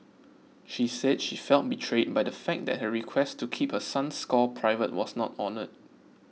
she said she felt betrayed by the fact that her request to keep her son's score private was not honoured